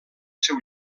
seu